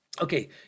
okay